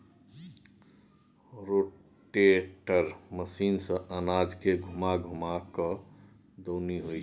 rotator machine सँ अनाज के घूमा घूमा कय दऊनी होइ छै